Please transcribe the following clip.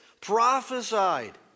prophesied